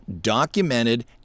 documented